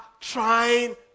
trying